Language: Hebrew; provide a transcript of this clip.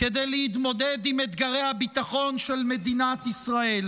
כדי להתמודד עם אתגרי הביטחון של מדינת ישראל,